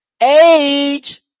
Age